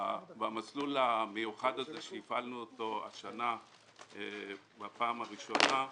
במסלול המיוחד הזה שהפעלנו אותו השנה בפעם הראשונה,